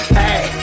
hey